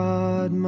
God